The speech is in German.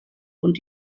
und